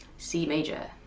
c major.